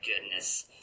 goodness